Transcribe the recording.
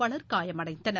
பலர் காயமடைந்தனர்